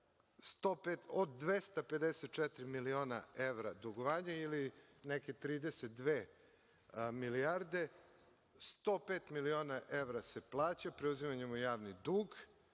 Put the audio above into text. od 254 miliona evra dugovanje ili neke 32 milijarde, 105 miliona evra se plaća preuzimanjem u javni dug